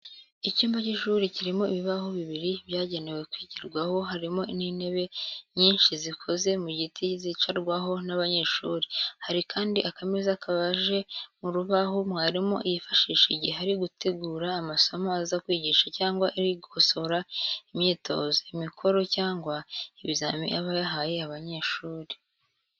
Icyumba cy'ishuri kirimo ibibaho bibiri byagenewe kwigirwaho harimo n'intebe nyinshi zikoze mu giti zicarwaho n'abanyeshuri. Hari kandi akameza kabaje mu rubaho mwarimu yifashisha igihe ari gutegura amasomo aza kwigisha cyangwa ari gukosora imyitozo, imikoro cyangwa ibizami aba yahaye abanyeshuri.